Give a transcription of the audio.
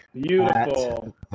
beautiful